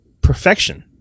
perfection